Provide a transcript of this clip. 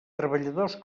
treballadors